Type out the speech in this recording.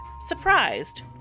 surprised